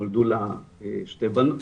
נולדו לה שתי בנות,